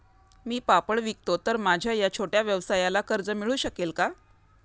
मी पापड विकतो तर माझ्या या छोट्या व्यवसायाला कर्ज मिळू शकेल का?